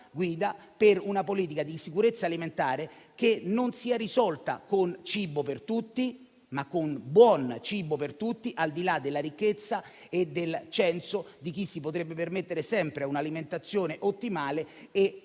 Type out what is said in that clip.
per una politica di sicurezza alimentare che non si risolva con cibo per tutti, ma con buon cibo per tutti, al di là della ricchezza e del censo di chi si potrebbe permettere sempre un'alimentazione ottimale, condannando